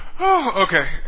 Okay